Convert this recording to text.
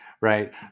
right